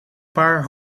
paar